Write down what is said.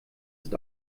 ist